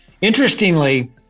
interestingly